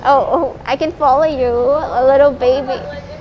oh oh I can follow you [what] a little baby